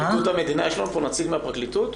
יש לנו פה נציג מהפרקליטות?